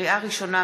לקריאה ראשונה,